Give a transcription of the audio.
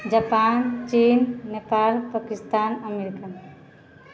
Japan चीन Nepal Pakistan America